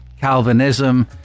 Calvinism